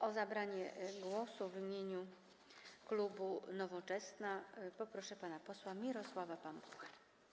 O zabranie głosu w imieniu klubu Nowoczesna poproszę pana posła Mirosława Pampucha.